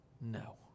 No